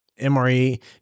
MRE